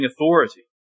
authority